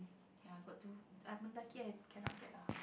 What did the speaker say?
ya got two Mendaki I cannot get lah